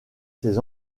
ses